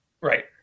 Right